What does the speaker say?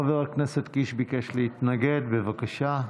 חבר הכנסת קיש ביקש להתנגד, בבקשה.